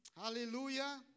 Hallelujah